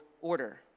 order